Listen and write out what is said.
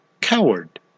coward